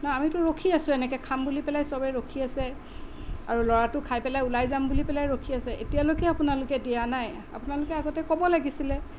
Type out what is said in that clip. না আমিতো ৰখি আছো এনেকৈ খাম বুলি পেলাই চবে ৰখি আছে আৰু ল'ৰাটো খাই পেলাই ওলাই যাম বুলি পেলাই ৰখি আছে এতিয়ালৈকে আপোনালৈকে দিয়া নাই আপোনালোকে আগতে ক'ব লাগিছিলে